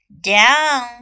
Down